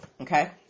Okay